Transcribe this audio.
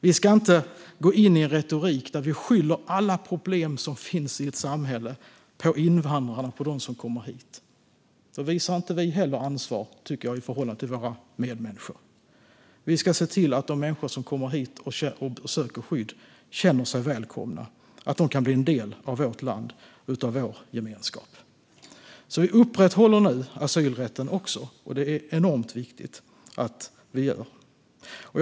Vi ska inte gå in i en retorik där vi skyller alla problem som finns i ett samhälle på invandrare, på dem som kommer hit. Då visar vi inte ansvar i förhållande till våra medmänniskor, tycker jag. Vi ska se till att de människor som kommer hit och söker skydd känner sig välkomna och att de kan bli en del av vårt land och vår gemenskap. Vi upprätthåller alltså asylrätten, och det är enormt viktigt att vi gör det.